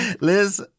Liz